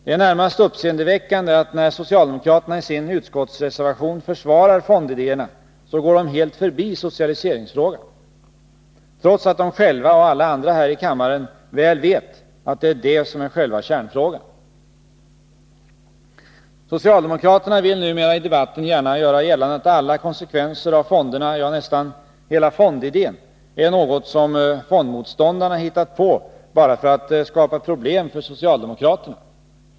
Det är närmast uppseendeväckande att när socialdemokraterna i sin utskottsreservation försvarar fondidéerna så går de helt förbi socialiseringsfrågan, trots att de själva och alla andra här i kammaren väl vet att det är det som är själva kärnfrågan. Socialdemokraterna vill numera i debatten gärna göra gällande att alla konsekvenser av fonderna, ja, nästan hela fondidén, är något som fondmotståndarna hittat på bara för att skapa problem för socialdemokraterna.